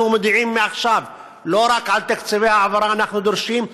אנחנו מודיעים מעכשיו לא רק על תקציבי העברה שאנחנו דורשים,